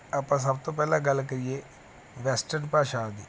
ਆਪਾਂ ਸਭ ਤੋਂ ਪਹਿਲਾਂ ਗੱਲ ਕਰੀਏ ਵੈਸਟਰਨ ਭਾਸ਼ਾ ਦੀ